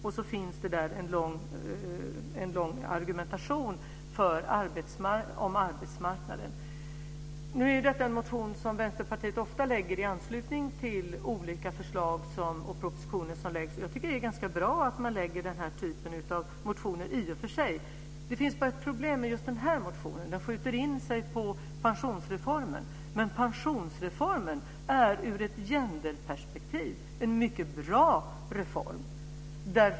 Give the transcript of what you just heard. Sedan finns det en lång argumentation om arbetsmarknaden. Nu är detta en motion som Vänsterpartiet ofta väcker i anslutning till olika förslag och propositioner som läggs fram. Jag tycker i och för sig att det är bra att man väcker den typen av motioner. Det finns ett problem med denna motion. Den skjuter in sig på pensionsreformen. Men pensionsreformen är ur ett gender-perspektiv en mycket bra reform.